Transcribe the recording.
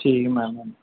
ਠੀਕ ਹੈ ਮੈਮ ਹਾਂਜੀ